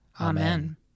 Amen